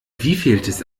wievieltes